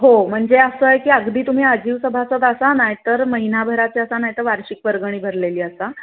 हो म्हणजे असं आहे की अगदी तुम्ही आजीव सभासद असा नाहीतर महिना भराचे असा नाहीतर वार्षिक वर्गणी भरलेली असा